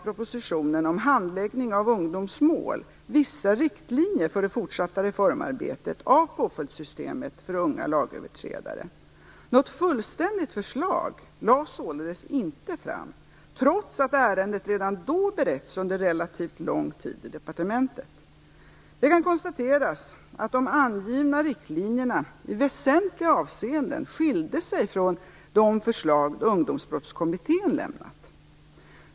vissa riktlinjer för det fortsatta reformarbetet av påföljdssystemet för unga lagöverträdare. Något fullständigt förslag lades således inte fram, trots att ärendet redan då beretts under relativt lång tid i departementet. Det kan konstateras att de angivna riktlinjerna i väsentliga avseenden skilde sig från de förslag Ungdomsbrottskommittén lämnat.